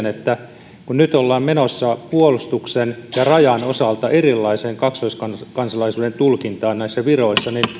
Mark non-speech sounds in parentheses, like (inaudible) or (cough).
(unintelligible) että kun nyt ollaan menossa puolustuksen ja rajan osalta erilaiseen kaksoiskansalaisuuden tulkintaan näissä viroissa niin